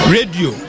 Radio